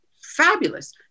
fabulous